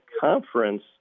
conference